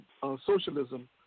socialism